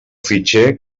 fitxer